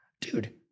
dude